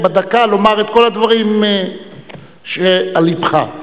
ובדקה ולומר את כל הדברים שעל לבך.